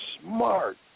smart